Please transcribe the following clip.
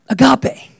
Agape